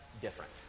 Different